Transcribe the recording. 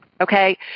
Okay